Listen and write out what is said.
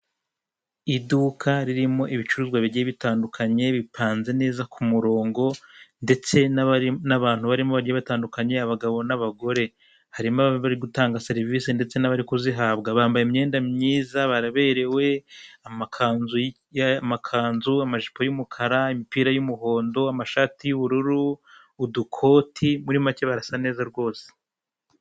Umugabo ubona ko asa nk'ukuze mu ngofero nziza cyane y'iwe umukara we ndetse n'utundi twa duciyemo yambaye imyenda myiza cyane rero y'imituku ndetse urabona ko ari iy'abantu arenganura abarenganye cyangwa se barengera abandi mumategeko.